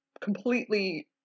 completely